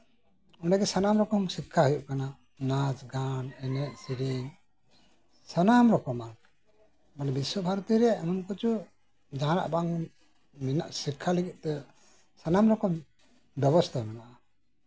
ᱚᱸᱰᱮ ᱜᱮ ᱥᱟᱱᱟᱢ ᱨᱚᱠᱚᱢ ᱥᱤᱠᱠᱷᱟ ᱦᱩᱭᱩᱜ ᱠᱟᱱᱟ ᱱᱟᱪ ᱜᱟᱱ ᱮᱱᱮᱡ ᱥᱮᱨᱮᱧ ᱥᱟᱱᱟᱢ ᱨᱚᱠᱚᱢᱟᱜ ᱵᱤᱥᱥᱚ ᱵᱷᱟᱨᱚᱛᱤᱨᱮ ᱡᱟᱸᱦᱟᱱᱟᱜ ᱵᱟᱝ ᱥᱤᱠᱠᱷᱟ ᱞᱟᱹᱜᱤᱫ ᱛᱮ ᱥᱟᱱᱟᱢ ᱨᱚᱠᱚᱢ ᱵᱮᱵᱚᱥᱛᱷᱟ ᱢᱮᱱᱟᱜᱼᱟ